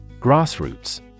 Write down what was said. Grassroots